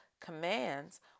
commands